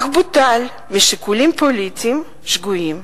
אך בוטל משיקולים פוליטיים שגויים.